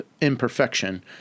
Imperfection